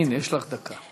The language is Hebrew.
הנה, יש לך דקה.